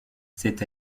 c’est